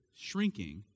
shrinking